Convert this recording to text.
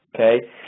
Okay